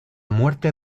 muerte